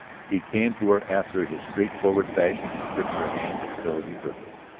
he came to her after his straightforward fashion and gripped her hand until he hurt her.